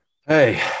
hey